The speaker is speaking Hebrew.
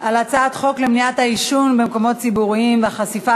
על הצעת חוק למניעת העישון במקומות ציבוריים והחשיפה